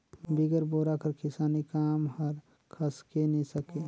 बिगर बोरा कर किसानी काम हर खसके नी सके